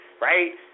right